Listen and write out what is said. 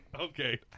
Okay